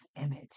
image